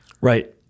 Right